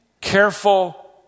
careful